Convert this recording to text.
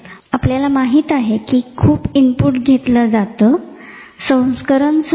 अनेक लोकांनी मेंदूतील स्थितीगती प्रक्रियेवर विचार मांडले आहेत दोन्ही सूक्ष्मनालीकेच्या पातळीवर आणि उच्चतर पातळीवर